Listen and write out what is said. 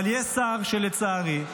אבל יש שר שלצערי,